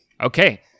Okay